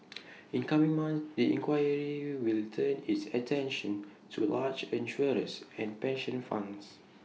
in coming month the inquiry will turn its attention to large insurers and pension funds